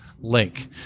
link